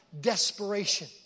desperation